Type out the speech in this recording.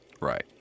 Right